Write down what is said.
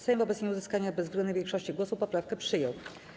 Sejm wobec nieuzyskania bezwzględnej większości głosów poprawkę przyjął.